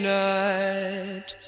night